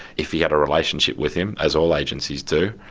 if he had a relationship with him, as all agencies do,